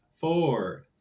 four